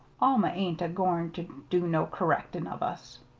alma ain't a-goin' ter do no kerrectin' of us.